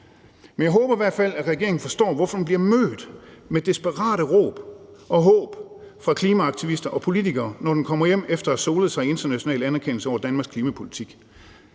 Men jeg håber i hvert fald, regeringen forstår, hvorfor den bliver mødt med desperate råb og håb fra klimaaktivister og politikere, når den kommer hjem efter at have solet sig i international anerkendelse over Danmarks klimapolitik.